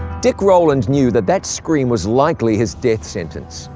dick rowland knew that that scream was likely his death sentence.